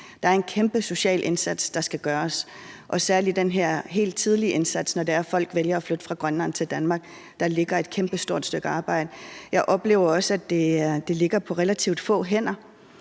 der er en kæmpe social indsats, der skal gøres, og særlig den her helt tidlige indsats, når folk vælger at flytte fra Grønland til Danmark. Der ligger et kæmpestort stykke arbejde. Jeg oplever også, at det ligger på relativt få hænder.